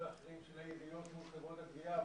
ואחרים בין העיריות לבין חברות הגבייה,